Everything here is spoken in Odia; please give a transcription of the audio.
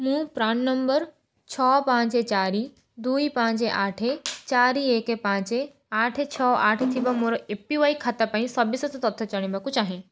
ମୁଁ ପ୍ରାନ୍ ନମ୍ବର୍ ଛଅ ପାଞ୍ଚ ଚାରି ଦୁଇ ପାଞ୍ଚ ଆଠ ଚାରି ଏକେ ପାଞ୍ଚେ ଆଠ ଛଅ ଆଠ ଥିବା ମୋର ଏ ପି ୱାଇ ଖାତା ପାଇଁ ସବିଶେଷ ତଥ୍ୟ ଜାଣିବାକୁ ଚାହେଁ